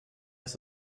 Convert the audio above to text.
ist